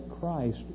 Christ